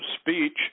speech